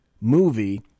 movie